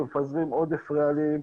ומפזרים עודף רעלים.